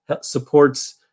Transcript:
supports